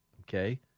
Okay